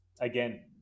again